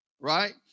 Right